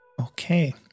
okay